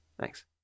Thanks